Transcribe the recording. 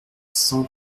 cent